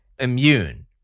immune